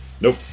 Nope